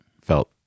Felt